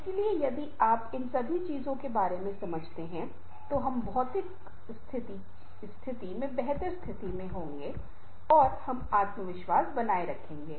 इसलिए यदि आप इन सभी चीजों के बारे में समझते हैं तो हम भौतिक स्थिति में बेहतर स्थिति में होंगे हम आत्मविश्वास बनाए रखेंगे